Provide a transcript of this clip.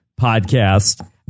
podcast